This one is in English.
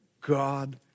God